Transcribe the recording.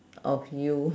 of you